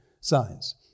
signs